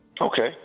Okay